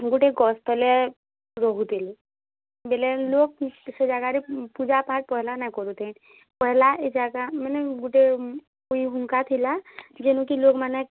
ଗୋଟେ ଗଛ୍ତଲେ ରହୁଥିଲେ ବେଲେ ଲୋକ୍ ସେ ଜାଗାରେ ପୂଜା ପାଠ୍ ପହେଲା ନାଇଁ କରୁଥାଇଁ ପହେଲା ଏ ଜାଗା ମାନେ ଗୁଟେ ଉଇହୁଙ୍କା ଥିଲା ଯେନୁ କି ଲୋକ୍ମାନେ